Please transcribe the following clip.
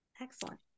excellent